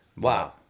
Wow